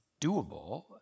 doable